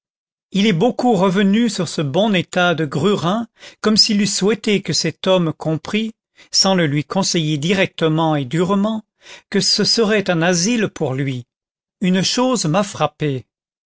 il est beaucoup revenu sur ce bon état de grurin comme s'il eût souhaité que cet homme comprît sans le lui conseiller directement et durement que ce serait un asile pour lui une chose m'a frappée